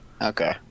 Okay